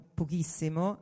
pochissimo